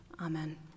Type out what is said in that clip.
Amen